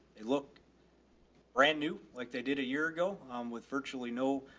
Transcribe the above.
it look brand new like they did a year ago with virtually no,